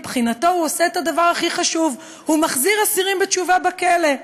מבחינתו הוא עושה את הדבר הכי חשוב: הוא מחזיר אסירים בתשובה בכלא,